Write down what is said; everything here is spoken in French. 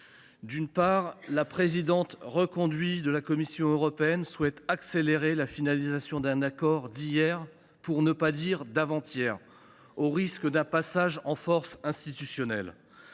D’une part, la présidente reconduite de la Commission européenne souhaite accélérer la finalisation d’un accord d’hier, pour ne pas dire d’avant hier, au risque d’un passage en force institutionnel.